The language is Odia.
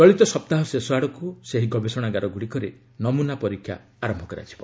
ଚଳିତ ସପ୍ତାହ ଶେଷ ଆଡ଼କ୍ ସେହି ଗବେଷଣାଗାରଗୁଡ଼ିକରେ ନମୁନା ପରୀକ୍ଷା ଆରମ୍ଭ କରାଯିବ